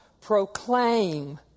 proclaim